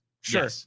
Sure